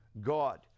God